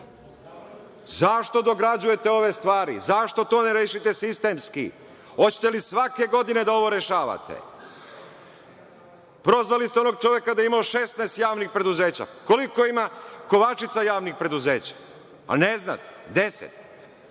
Zašto dograđujete ove stvari? Zašto to ne rešite sistemski? Hoćete li svake godine ovo da rešavate? Prozvali ste onog čoveka da je imao 16 javnih preduzeća. Koliko ima Kovačica javnih preduzeća? Ne znate. Deset.